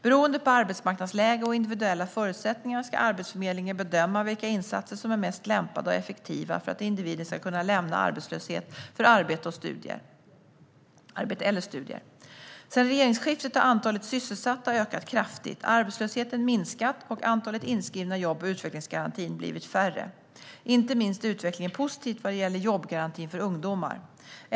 Beroende på arbetsmarknadsläge och individuella förutsättningar ska Arbetsförmedlingen bedöma vilka insatser som är mest lämpade och effektiva för att individen ska kunna lämna arbetslöshet för arbete eller studier. Sedan regeringsskiftet har antalet sysselsatta ökat kraftigt, arbetslösheten minskat och antalet inskrivna i jobb och utvecklingsgarantin blivit färre. Inte minst är utvecklingen positiv vad det gäller jobbgarantin för ungdomar.